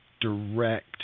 direct